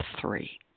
three